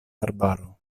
arbaro